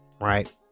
right